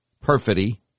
perfidy